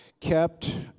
Kept